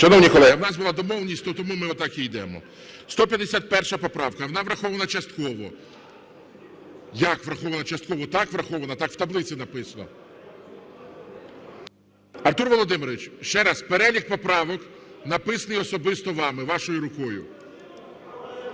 у нас була домовленість, тому ми так і йдемо. 151 поправка. Вона врахована частково. (Шум у залі) Як врахована частково? Так, врахована. Так в таблиці написано. Артур Володимирович, ще раз. Перелік поправок написаний особисто вами, вашою рукою.